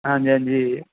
ਹਾਂਜੀ ਹਾਂਜੀ